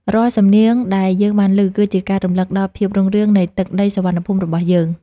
រាល់សំនៀងដែលយើងបានឮ គឺជាការរំលឹកដល់ភាពរុងរឿងនៃទឹកដីសុវណ្ណភូមិរបស់យើង។